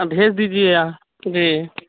بھیج دیجیے آ جی